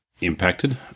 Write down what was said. impacted